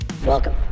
Welcome